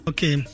Okay